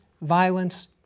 violence